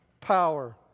power